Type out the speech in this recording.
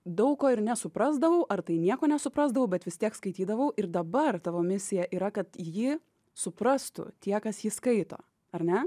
daug ko ir nesuprasdavau ar tai nieko nesuprasdavau bet vis tiek skaitydavau ir dabar tavo misija yra kad jį suprastų tie kas jį skaito ar ne